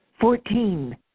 Fourteen